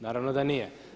Naravno da nije.